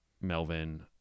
Melvin